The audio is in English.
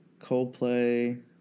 Coldplay